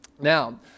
Now